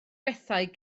bethau